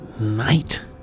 night